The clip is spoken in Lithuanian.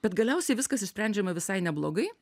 bet galiausiai viskas išsprendžiama visai neblogai